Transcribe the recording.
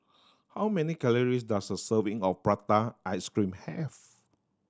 how many calories does a serving of prata ice cream have